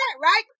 right